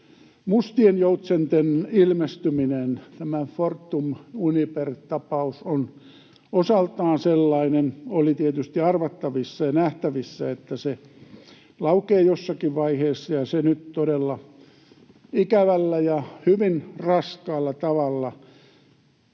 mustien joutsenten ilmestyminen. Tämä Fortum-Uniper-tapaus on osaltaan sellainen. Oli tietysti arvattavissa ja nähtävissä, että se laukeaa jossakin vaiheessa, ja nyt se todella ikävällä ja hyvin raskaalla tavalla kaatuu